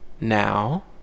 Now